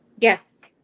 Yes